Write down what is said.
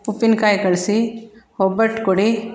ಉಪ್ಪಿನ್ಕಾಯಿ ಕಳಿಸಿ ಒಬ್ಬಟ್ಟು ಕೊಡಿ